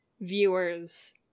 viewers